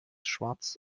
schwarz